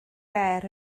ger